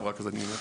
נכנסתי רק עכשיו.